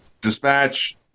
dispatch